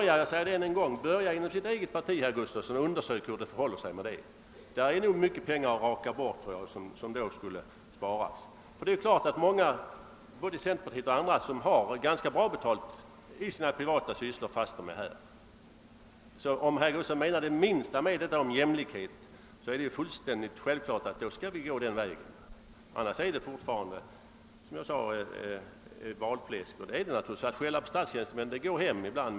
Jag säger än en gång: Börja inom ert eget parti, herr Gustavsson, och undersök hur det förhåller sig med det! Det är nog mycket pengar som då skulle kunna inbesparas. Det är klart att det är många, både inom centerpartiet och andra, som har ganska bra betalt i sina privata jobb, fastän de är här. Om herr Gustavsson menar det minsta med talet om jämlikhet, är det ju fullständigt självklart att då skall vi gå den vägen. Annars är det fortfarande, som jag sade, fråga om valfläsk: att skälla på statstjänstemän är en sak som går hem ibland.